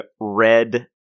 red